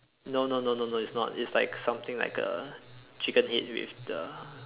no no no no no it's not it's like something like a chicken head with the